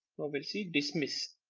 we'll see dismiss